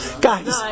Guys